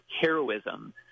heroism